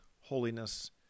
holiness